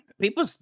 People